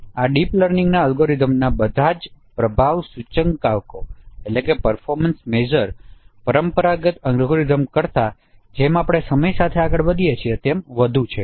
આ ડીપ લર્નિંગના અલ્ગોરિધમ્સના બધા પ્રભાવ સૂચકાંકો પરંપરાગત અલ્ગોરિધમ્સ કરતાં જેમ આપણે સમય સાથે આગળ વધીએ છીએ તેમ વધુ છે